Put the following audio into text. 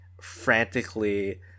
frantically